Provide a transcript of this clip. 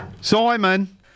Simon